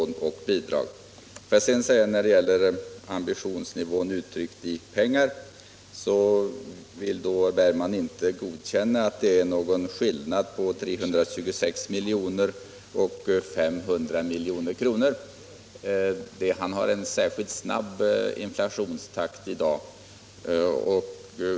När det gäller ambitionsnivån mätt i pengar vill herr Bergman inte godkänna att det är någon skillnad på 326 miljoner och 500 miljoner. Han måtte ha en särskilt snabb inflationstakt.